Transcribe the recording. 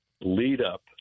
lead-up